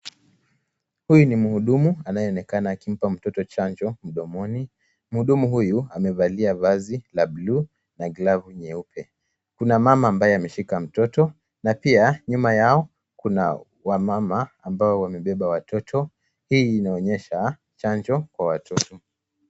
Huyu ni mhudumu anayeonekana akimpa mtoto chanjo mdomoni. Mhudumu huyu ,amevalia vazi la bluu na glavu nyeupe. Kuna mama ambaye ameshika mtoto na pia, nyuma yao, kuna wamama ambao wamebeba watoto. Hii inaonyesha chanjo kwa watoto.